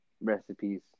recipes